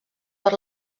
per